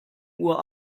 uhr